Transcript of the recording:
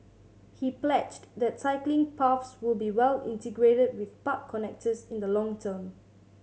he pledged that cycling paths will be well integrated with park connectors in the long term